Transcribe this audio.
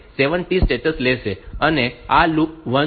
તેથી તે 7 T states લેશે અને આ લૂપ 1 છે